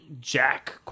Jack